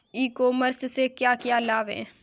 ई commerce से क्या क्या लाभ हैं?